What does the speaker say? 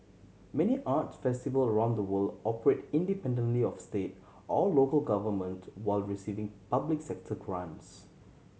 many arts festival around the world operate independently of state or local government while receiving public sector grants